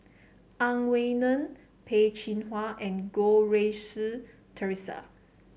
Ang Wei Neng Peh Chin Hua and Goh Rui Si Theresa